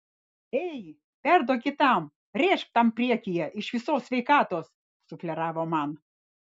ei perduok kitam rėžk tam priekyje iš visos sveikatos sufleravo man